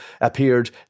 appeared